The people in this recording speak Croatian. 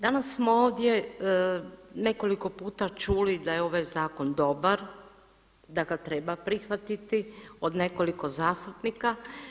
Danas smo ovdje nekoliko puta čuli da je ovaj zakon dobar, da ga treba prihvatiti, od nekoliko zastupnika.